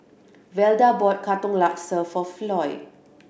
Velda bought Katong Laksa for Floy